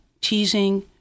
teasing